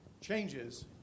changes